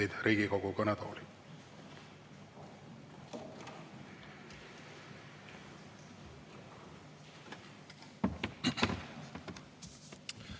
Riigikogu kõnetooli